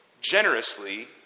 generously